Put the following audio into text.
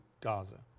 Gaza